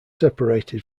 separated